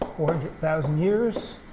ah four hundred thousand years,